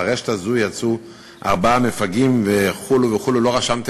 מהרשת הזו יצאו ארבעה מפגעים וכו' וכו' לא רשמתי